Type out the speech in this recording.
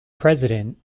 president